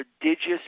prodigious